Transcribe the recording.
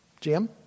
Jim